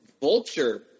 Vulture